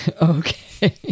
Okay